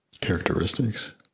characteristics